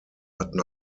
hatten